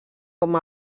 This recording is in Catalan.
com